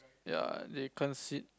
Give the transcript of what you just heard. ya they can't sit